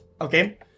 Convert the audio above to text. okay